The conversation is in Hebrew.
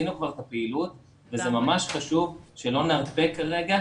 עשינו כבר את הפעילות וזה ממש חשוב שלא נרפה כרגע.